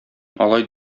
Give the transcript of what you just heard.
алай